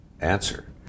answer